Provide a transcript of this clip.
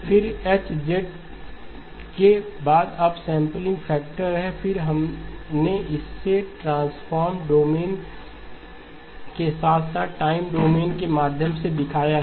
फिर यह H के बाद अपसैंपलिंग फैक्टर है और हमने इसे ट्रांसफॉर्म डोमेन के साथ साथ टाइम डोमेन के माध्यम से दिखाया है